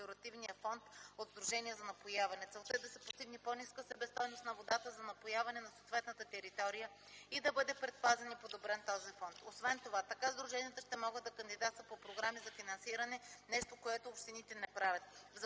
хидромелиоративния фонд от сдруженията за напояване. Целта е да се постигне по-ниска себестойност на водата за напояване на съответната територия и да бъде предпазен и подобрен този фонд. Освен това, така сдруженията ще могат да кандидатстват по програми за финансиране, нещо, което общините не правят.